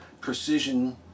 precision